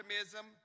optimism